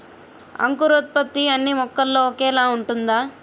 అంకురోత్పత్తి అన్నీ మొక్కల్లో ఒకేలా ఉంటుందా?